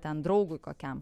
ten draugui kokiam